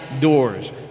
doors